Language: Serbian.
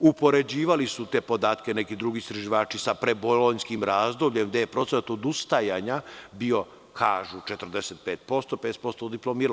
Upoređivali su te podatke neki drugi istraživači sa prebolonjskim razdobljem, gde je procenat odustajanja bio, kažu, 45%, 50%-55% je diplomiralo.